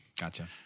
Gotcha